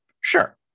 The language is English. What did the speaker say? Sure